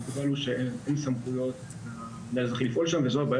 שבלי סמכויות קשה לפעול שם וזו הבעיה